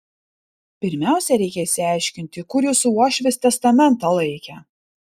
pirmiausia reikia išsiaiškinti kur jūsų uošvis testamentą laikė